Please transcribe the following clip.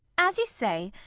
as you say,